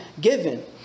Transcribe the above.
given